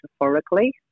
metaphorically